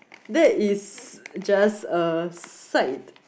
that is just a site